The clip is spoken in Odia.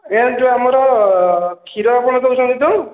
ଏ ଯୋଉ ଆମର କ୍ଷୀର ଆପଣ ଦେଉଛନ୍ତି ତ